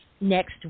next